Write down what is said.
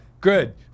Good